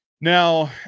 Now